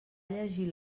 llegir